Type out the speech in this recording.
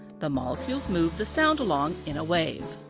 the molecules move the sound along in a wave.